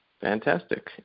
Fantastic